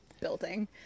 building